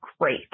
great